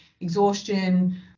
exhaustion